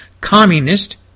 communist